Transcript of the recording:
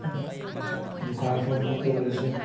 ꯗꯨꯀꯥꯟ ꯐꯝꯕꯇ ꯑꯣꯏꯔꯁꯨ